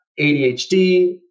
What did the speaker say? ADHD